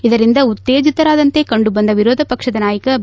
ಇದರಿಂದ ಉತ್ತೇಜಿತರಾದಂತೆ ಕಂಡು ಬಂದ ವಿರೋಧ ಪಕ್ಷದ ನಾಯಕ ಬಿ